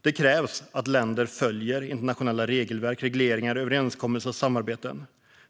Detta kräver att länder följer internationella regelverk, regleringar, överenskommelser och samarbeten.